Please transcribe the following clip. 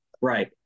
right